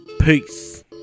Peace